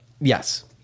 Yes